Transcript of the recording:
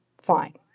fine